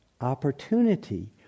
opportunity